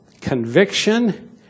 conviction